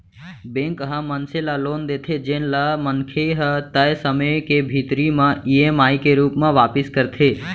bank ह मनसे ल लोन देथे जेन ल मनखे ह तय समे के भीतरी म ईएमआई के रूप म वापिस करथे